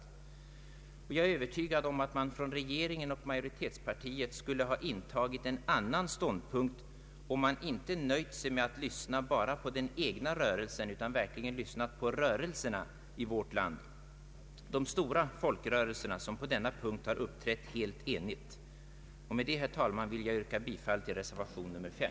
För min del är jag övertygad om att man från regeringen och majoritetspartiet skulle ha intagit en annan ståndpunkt, om man inte nöjt sig med att lyssna bara på den egna rörelsen utan verkligen lyssnat på rörelserna i vårt land, de stora folkrörelserna, som på denna punkt uppträtt helt enigt. Med detta vill jag, herr talman, yrka bifall till reservation nr 5.